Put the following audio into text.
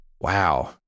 Wow